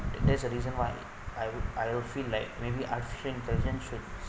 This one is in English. that's a reason why I would I would feel like maybe artificial intelligent should